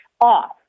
off